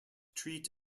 treat